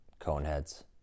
Coneheads